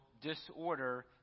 disorder